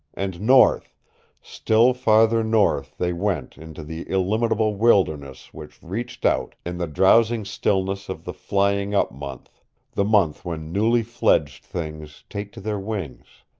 and north still farther north they went into the illimitable wilderness which reached out in the drowsing stillness of the flying-up-month the month when newly fledged things take to their wings,